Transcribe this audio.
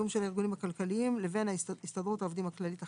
של הארגונים הכלכליים לבין הסתדרות העובדים הכללית החדשה,